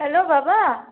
hello বাবা